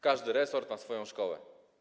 Każdy resort ma swoją szkołę.